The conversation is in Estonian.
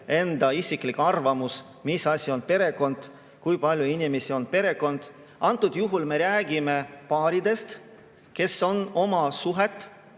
enda isiklik arvamus, mis asi on perekond, kui palju inimesi on perekond. Antud juhul me räägime paaridest, kes on oma suhte